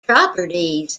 properties